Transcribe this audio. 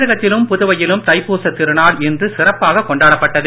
தமிழகத்திலும் புதுவையிலும் தைப்பூசத் திருநாள் இன்று சிறப்பாக கொண்டாடப்பட்டது